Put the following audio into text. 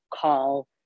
call